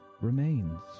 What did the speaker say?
remains